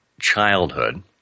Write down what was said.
childhood